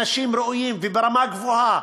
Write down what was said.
אנשים ראויים וברמה גבוהה,